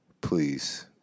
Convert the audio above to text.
Please